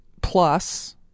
plus